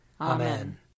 Amen